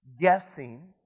guessing